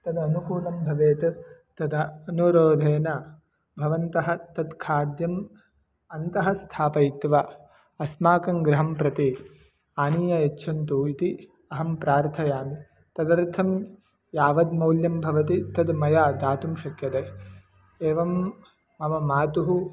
तदनुकूलं भवेत् तदनुरोधेन भवन्तः तत् खाद्यम् अन्तः स्थापयित्वा अस्माकं गृहं प्रति आनीय यच्छन्तु इति अहं प्रार्थयामि तदर्थं यावद् मौल्यं भवति तत् मया दातुं शक्यते एवं मम मातुः